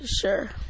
Sure